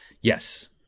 Yes